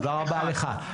תודה רבה לך.